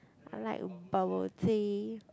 I like bubble tea